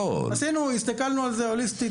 הסתכלנו על זה הוליסטית.